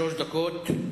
שלוש דקות.